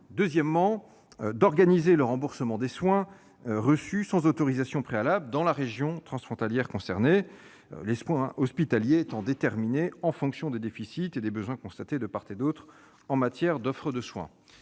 deuxièmement, d'organiser le remboursement des soins reçus sans autorisation préalable dans la région transfrontalière concernée, les soins hospitaliers étant déterminés en fonction des déficits et des besoins constatés de part et d'autre en matière d'offre de soins.